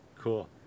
Cool